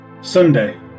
Sunday